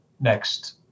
next